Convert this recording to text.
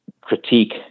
critique